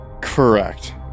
Correct